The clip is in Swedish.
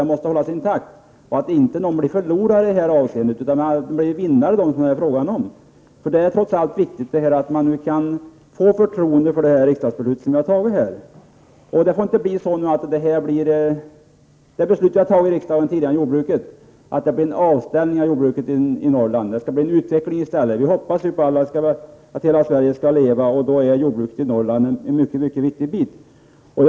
De måste hållas intakt, så att inte någon blir förlorare, utan vinnare i detta avseende. Det är trots allt viktigt att man kan hysa förtroende för riksdagsbeslutet. Men det får inte bli som med det tidigare beslut om jordbruket som har fattats i riksdagen, dvs. att det blir en avveckling av jordbruket i Norrland. Det borde bli en utveckling i stället. Vi hoppas ju alla att hela Sverige skall leva, och då är jordbruket i Norrland en mycket viktig del.